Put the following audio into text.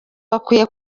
bakwiye